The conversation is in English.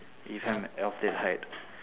if I'm at that height